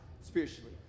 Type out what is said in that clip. spiritually